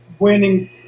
winning